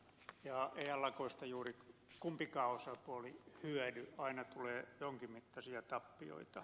eihän lakoista juuri kumpikaan osapuoli hyödy aina tulee jonkin mittaisia tappioita